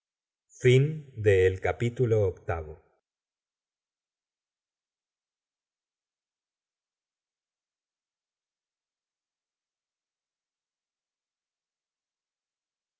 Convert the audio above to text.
fin del tomo